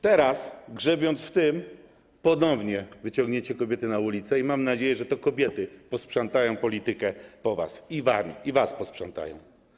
Teraz, grzebiąc w tym, ponownie wyciągnięcie kobiety na ulice i mam nadzieję, że to kobiety posprzątają po was w polityce i was posprzątają.